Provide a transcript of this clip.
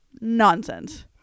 Nonsense